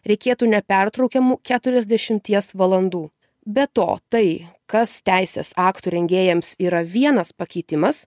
reikėtų nepertraukiamų keturiasdešimties valandų be to tai kas teisės aktų rengėjams yra vienas pakeitimas